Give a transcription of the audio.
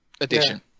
edition